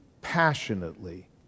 passionately